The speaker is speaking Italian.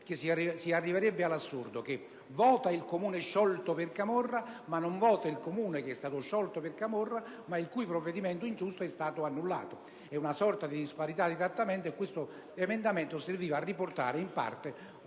si arriverebbe infatti all'assurdo che vota il comune sciolto per camorra, ma non vota il comune sciolto per camorra ma il cui provvedimento ingiusto è stato annullato. È una sorta di disparità di trattamento e questo emendamento serviva a riportare in parte giustizia